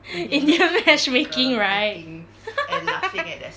indian matchmaking right